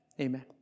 amen